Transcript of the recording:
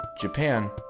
Japan